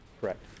Correct